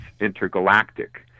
intergalactic